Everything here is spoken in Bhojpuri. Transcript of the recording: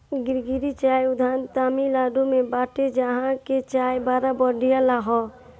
निलगिरी चाय उद्यान तमिनाडु में बाटे जहां के चाय बड़ा बढ़िया हअ